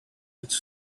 its